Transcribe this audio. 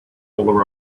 will